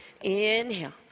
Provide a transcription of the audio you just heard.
inhale